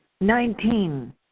Nineteen